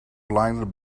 blinded